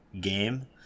game